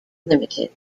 limited